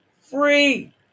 free